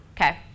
okay